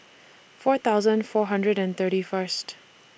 four thousand four hundred and thirty First